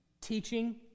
teaching